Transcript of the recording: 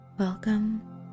Welcome